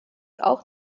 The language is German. auch